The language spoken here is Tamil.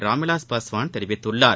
ராம்விலாஸ் பாஸ்வாள் தெரிவித்துள்ளார்